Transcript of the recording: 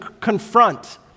confront